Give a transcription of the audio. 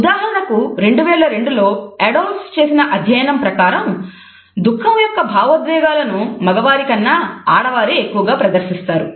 ఉదాహరణకు 2002 లో ఆడోల్ఫ్స్ చేసిన అధ్యయనం ప్రకారం దుఃఖము యొక్క భావోద్వేగాలను మగవారి కన్నా ఆడవారే ఎక్కువగా ప్రదర్శిస్తారు